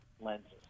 lenses